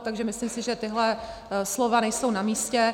Takže myslím si, že tahle slova nejsou namístě.